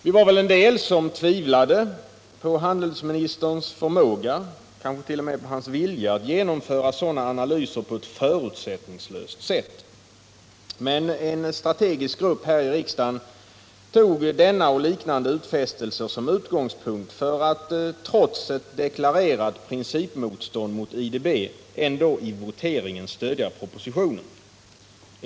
Vi var väl en del som tvivlade på handelsministerns förmåga — och kanske t.o.m. på hans vilja — att genomföra sådana analyser på ett förutsättningslöst sätt. Men en strategisk grupp här i riksdagen tog denna och liknande utfästelser som utgångspunkt för att trots ett deklarerat principmotstånd mot IDB ändå i voteringen stödja propositionen.